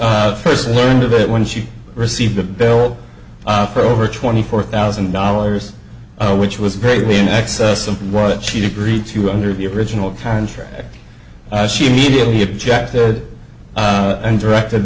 her first learned of it when she received a bill for over twenty four thousand dollars which was greatly in excess of what she agreed to under the original contract as she immediately objected and directed